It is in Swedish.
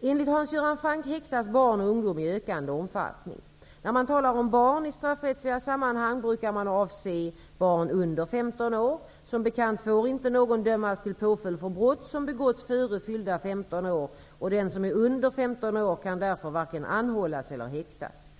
Enligt Hans Göran Franck häktas barn och ungdom i ökande omfattning. När man talar om barn i straffrättsliga sammanhang brukar man avse barn under 15 år. Som bekant får inte någon dömas till påföljd för brott som begåtts före fyllda 15 år, och den som är under 15 år kan därför varken anhållas eller häktas.